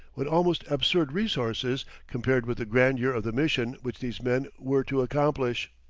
what almost absurd resources, compared with the grandeur of the mission which these men were to accomplish!